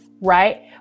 right